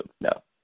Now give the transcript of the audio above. no